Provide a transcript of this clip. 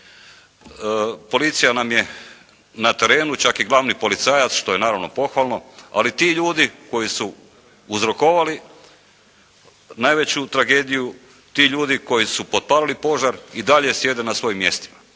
policija nam je na terenu, čak i glavni policajac, što je naravno pohvalno, ali ti ljudi koji su uzrokovali najveću tragediju, ti ljudi koji su potpalili požar i dalje sjede na svojim mjestima.